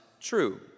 true